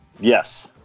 Yes